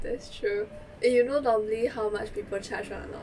that's true eh you know normally how much people charge one a not